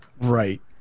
Right